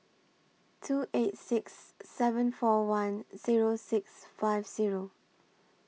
two eight six seven four one Zero six five Zero